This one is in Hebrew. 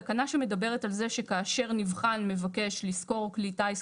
תקנה שמדברת על זה שכאשר נבחן מבקש לשכור כלי טיס,